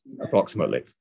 approximately